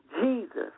jesus